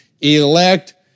elect